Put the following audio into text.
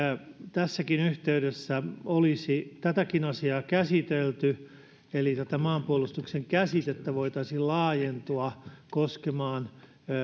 tässäkin yhteydessä olisi tätäkin asiaa käsitelty eli maanpuolustuksen käsitettä voitaisiin laajentaa koskemaan